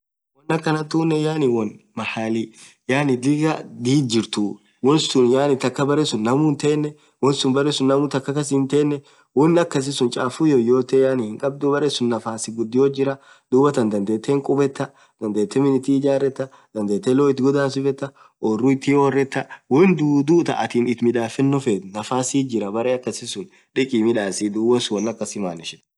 won akhana tunen yaani won mahali dhigaah dhidhi jirtuu wonsun yaani thakha berre suun nammu hinten wonsun berre sunn nammu kas hinthen won akasisun chafu yoyote yaani hinkhabdhu berre sunn nafasi ghudio jirah dhuathan dhandhethe hinkhubetha dhadhethe miin ithi hijaretha dhandhethe looonn ithi ghodhasifetha orru ithi hiorretha won dhudhu thaa athin ithi midhafeno feth nafasith jirah berre akasisun dhekhii midhasii won akhasii